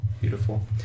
Beautiful